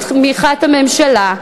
בתמיכת הממשלה.